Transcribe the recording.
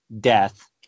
death